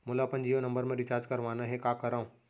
मोला अपन जियो नंबर म रिचार्ज करवाना हे, का करव?